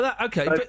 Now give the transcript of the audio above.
Okay